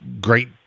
great